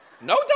No